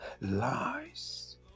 lies